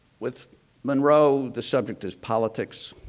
with monroe, the subject is politics